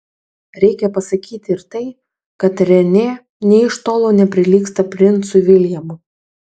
reikia pasakyti ir tai kad renė nė iš tolo neprilygsta princui viljamui